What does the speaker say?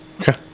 Okay